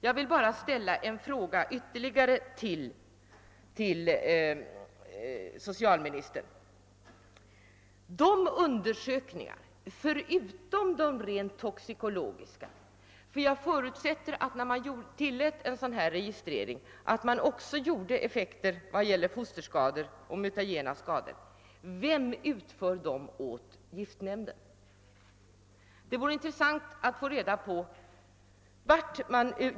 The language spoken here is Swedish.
Jag vill bara ställa en fråga ytterligare till socialministern: Vem gör undersökningar åt giftnämnden utöver de rent toxikologiska? Jag förutsätter nämligen att man, innan registrering tillåtes, gör undersökningar också rörande effekterna när det gäller fosterskador och mutagena skador. Det vore intressant att få ett svar på den frågan.